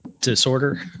disorder